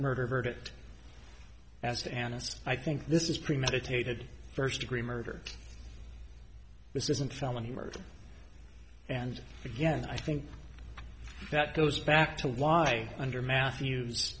murder verdict as an aside i think this is premeditated first degree murder this isn't felony murder and again i think that goes back to why under matthew